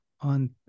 on